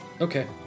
Okay